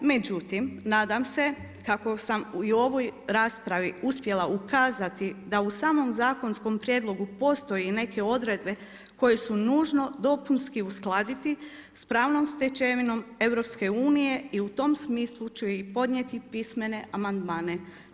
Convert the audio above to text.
Međutim, nadam se kako sam i u ovoj raspravi uspjela ukazati da u samom zakonskom prijedlogu postoje neke odredbe koje su nužno dopunski uskladiti sa pravnom stečevinom EU i u tom smislu ću i podnijeti pismene amandmane.